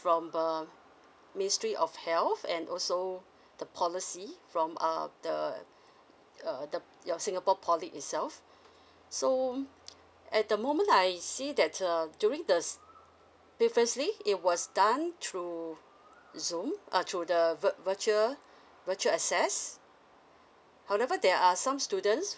from the ministry of health and also the policy from err the err the your singapore poly itself so at the moment I see that err during the previously it was done through zoom err through the vir~ virtual virtual access however there are some students